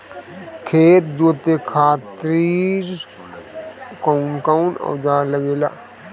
खेत जोते खातीर कउन कउन औजार लागेला?